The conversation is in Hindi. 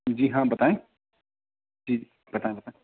जी हाँ बताएँ जी बताएँ बताएँ